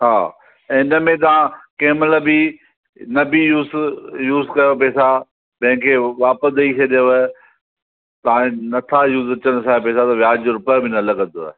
हा ऐं हिन में तव्हां कंहिंमहिल बि न बि यूज़ यूज़ कयो पेसा तंहिंखे वापसि ॾेई छॾियोव तव्हांखे नथा यूज़ अचनि असांजा पेसा त वियाज जो रुपिया बि न लॻंदव